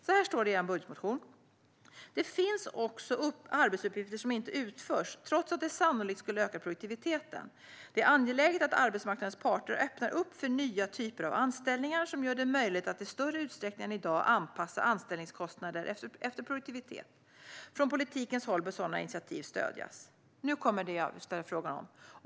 Så här står det: Det finns också arbetsuppgifter som inte utförs trots att det sannolikt skulle öka produktiviteten. Det är angeläget att arbetsmarknadens parter öppnar upp för nya typer av anställningar som gör det möjligt att i större utsträckning än i dag anpassa anställningskostnader efter produktivitet. Från politikens håll bör sådana initiativ stödjas.